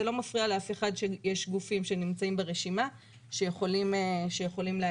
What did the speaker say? זה לא מפריע לאף אחד שיש גופים שנמצאים ברשימה שיכולים להגיש